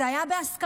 זה היה בהסכמה,